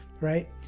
right